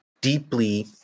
deeply